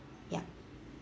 yup